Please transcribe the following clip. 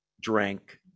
drank